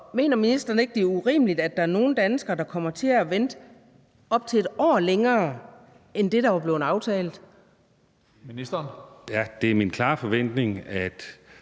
mener ministeren ikke, det er urimeligt, at der er nogle danskere, der kommer til at vente op til et år længere end det, der var blevet aftalt? Kl. 14:39 Tredje